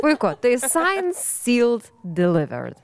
puiku tai delivered